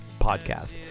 podcast